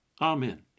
Amen